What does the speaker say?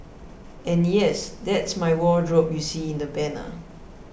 and yes that's my wardrobe you see in the banner